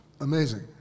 Amazing